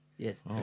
Yes